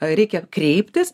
reikia kreiptis